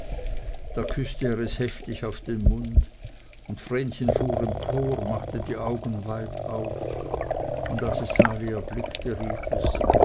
da küßte er es heftig ruf den mund und vrenchen fuhr empor machte die augen weit auf und als es sali erblickte rief es